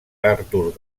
artur